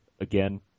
again